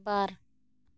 ᱵᱟᱨ